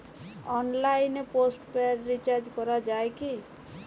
অনলাইনে postpaid recharge করা যায় কি?